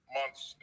months